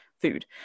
food